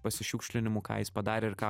pasišiukšlinimų ką jis padarė ir ką